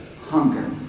hunger